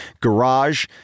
garage